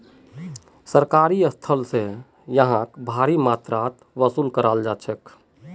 सरकारी स्थल स यहाक भारी मात्रात वसूल कराल जा छेक